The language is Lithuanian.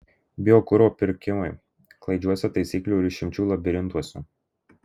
biokuro pirkimai klaidžiuose taisyklių ir išimčių labirintuose